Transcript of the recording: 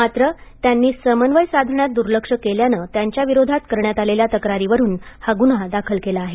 मात्र त्यांनी समन्वय साधण्यात द्र्लक्ष केल्याने त्यांच्याविरोधात करण्यात आलेल्या तक्रारीवरून गुन्हा दाखल केला आहे